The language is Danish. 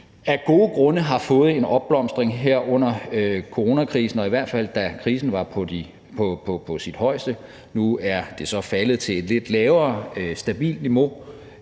af gode grunde har fået en opblomstring her under coronakrisen, i hvert fald da krisen var på sit højeste. Nu er det så faldet til et lidt lavere stabilt niveau,